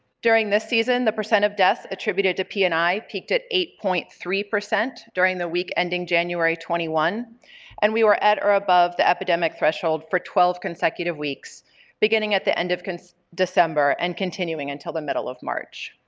during this season the percent of deaths attributed to p and i peaked at eight point three during the week ending january twenty one and we were at or above the epidemic threshold for twelve consecutive weeks beginning at the end of december and continuing until the middle of march.